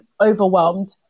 overwhelmed